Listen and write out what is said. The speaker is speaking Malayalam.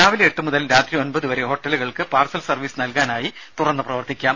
രാവിലെ എട്ട് മുതൽ രാത്രി ഒമ്പത് വരെ ഹോട്ടലുകൾക്ക് പാർസൽ സർവീസ് നൽകാനായി തുറന്നു പ്രവർത്തിക്കാം